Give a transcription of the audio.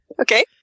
Okay